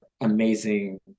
amazing